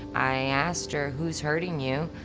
i asked her, who's hurting you?